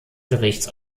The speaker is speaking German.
gerichts